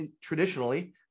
traditionally